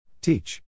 Teach